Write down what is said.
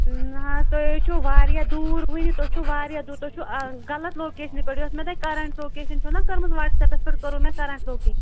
نہ حظ تۅہے چھُ واریاہ دوٗر وُنہِ تُہۍ چھُ واریاہ دوٗر تُہۍ چھُ آ غلط لوکیشنہٕ پیٚٹھٕ یۄس مےٚ تۄہہِ کَرنٛٹ لوکیشن چھَو نا کٔرمٕژ واٹٕس ایٚپس پیٚٹھ کوٚروٕ مےٚ کَرنٛٹ لوکے